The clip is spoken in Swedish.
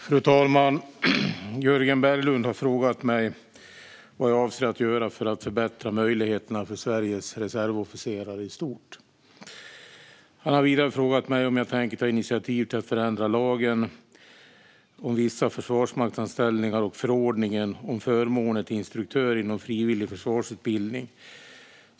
Fru talman! Jörgen Berglund har frågat mig vad jag avser att göra för att förbättra möjligheterna för Sveriges reservofficerare i stort. Han har vidare frågat mig om jag tänker ta initiativ till att förändra lagen om vissa försvarsmaktsanställningar och förordningen om förmåner till instruktörer inom frivillig försvarsutbildning.